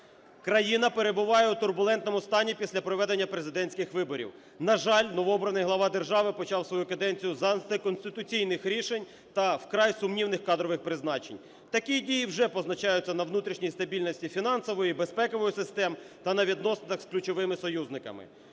Країна перебуває у турбулентному стані після проведення президентських виборів. На жаль, новообраний глава держави почав свою каденцію за антиконституційних рішень та вкрай сумнівних кадрових призначень. Такі дії вже позначаються на внутрішні стабільності фінансової і безпекової систем та на відносинах з ключовими союзниками.